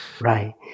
Right